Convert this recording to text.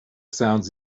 sounds